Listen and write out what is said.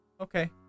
Okay